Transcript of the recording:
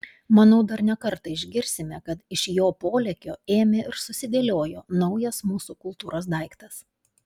manau dar ne kartą išgirsime kad iš jo polėkio ėmė ir susidėliojo naujas mūsų kultūros daiktas